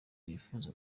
nifuza